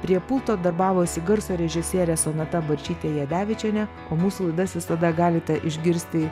prie pulto darbavosi garso režisierė sonata barčytė jadevičienė o mūsų laidas visada galite išgirsti